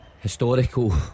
historical